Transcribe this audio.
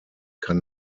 kann